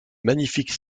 magnifiques